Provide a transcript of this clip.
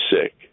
sick